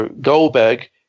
Goldberg